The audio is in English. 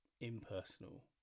impersonal